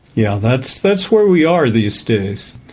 yeah, that's that's where we are these days.